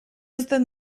uzten